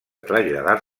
traslladar